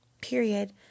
Period